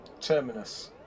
terminus